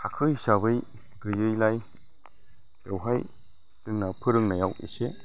थाखो हिसाबै गैयैलाय बेवहाय जोंना फोरोंनायाव इसे